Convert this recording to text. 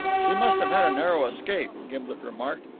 she must have had a narrow escape, gimblet remarked.